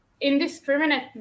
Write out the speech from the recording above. indiscriminate